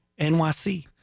NYC